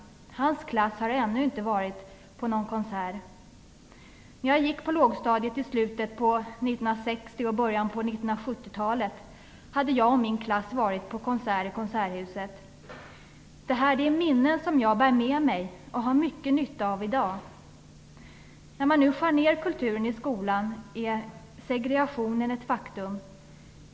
Hans klass har ännu inte varit på någon konsert. När jag gick på lågstadiet i slutet på 1960 och början på 1970-talet hade jag och min klass varit på konserter i konserthuset. Det är minnen som jag bär med mig och har mycket nytta av i dag. När man nu skär ned kulturen i skolan är segregationen ett faktum.